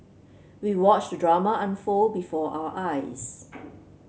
we watched the drama unfold before our eyes